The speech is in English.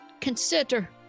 consider